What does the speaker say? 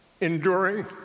enduring